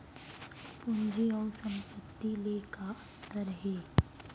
पूंजी अऊ संपत्ति ले का अंतर हे?